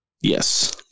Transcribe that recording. Yes